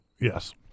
yes